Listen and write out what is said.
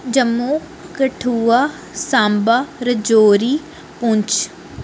Jammu Kathua Samba Rajouri Poonch